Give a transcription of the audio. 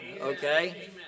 okay